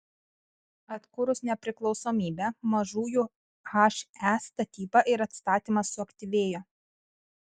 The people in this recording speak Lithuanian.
atkūrus nepriklausomybę mažųjų he statyba ir atstatymas suaktyvėjo